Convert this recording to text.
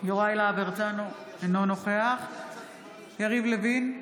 יוראי להב הרצנו, אינו נוכח יריב לוין,